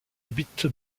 habite